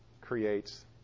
creates